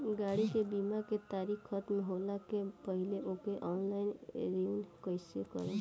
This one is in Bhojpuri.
गाड़ी के बीमा के तारीक ख़तम होला के पहिले ओके ऑनलाइन रिन्यू कईसे करेम?